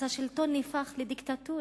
אז השלטון נהפך לדיקטטורה,